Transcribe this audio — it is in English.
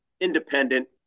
independent